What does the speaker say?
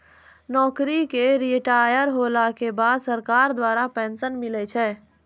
नौकरी से रिटायर होला के बाद सरकार द्वारा पेंशन मिलै छै